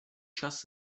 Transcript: čas